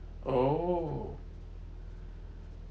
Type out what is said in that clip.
!ow!